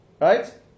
Right